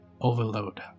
overload